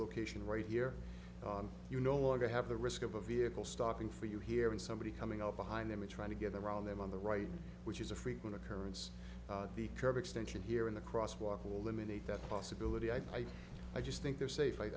location right here on you no longer have the risk of a vehicle stopping for you here and somebody coming up behind them and trying to get around them on the right which is a frequent occurrence the curb extension here in the cross walk will imitate that possibility i think i just think they're safe i